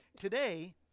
today